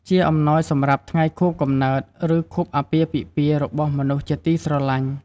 ជាអំណោយសម្រាប់ ថ្ងៃកំណើត ឬ ខួបអាពាហ៍ពិពាហ៍ របស់មនុស្សជាទីស្រឡាញ់។